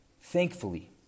Thankfully